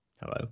Hello